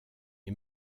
est